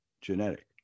genetic